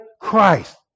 Christ